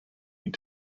need